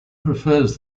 prefers